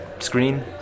screen